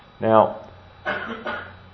Now